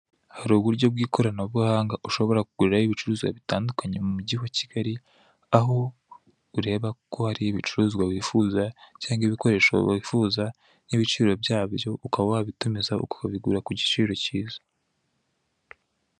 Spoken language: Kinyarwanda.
Hari uburyo bw' ikoranabuhanga ushobora kuguriraho ibicuruzwa bitandukanye mu mujyi wa Kigali aho ureba ko hari ibicuruzwa wifuza cyangwa ibikoresho wifuza n' ibiciro byabyo ukaba wabitumiza ukabigura ku giciro kiza.